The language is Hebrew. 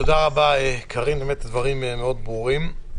תודה רבה, קארין, באמת הדברים מאוד ברורים.